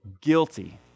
guilty